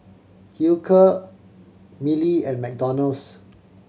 Hilker Mili and McDonald's